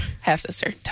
half-sister